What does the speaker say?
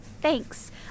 Thanks